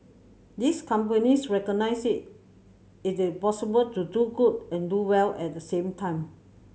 these companies recognise it is possible to do good and do well at the same time